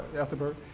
ethelbert.